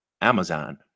Amazon